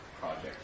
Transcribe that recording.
project